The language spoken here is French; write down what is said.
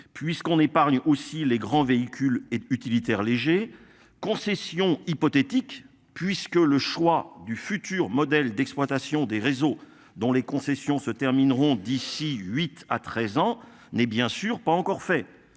Puisqu'on épargne aussi les grands véhicules et utilitaires légers concessions hypothétique puisque le choix du futur modèle d'exploitation des réseaux dont les concessions se termineront d'ici 8 à 13 ans n'est bien sûr pas encore fait.